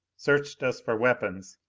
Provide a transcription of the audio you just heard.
searched us for weapons,